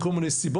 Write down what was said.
מכל מיני סיבות,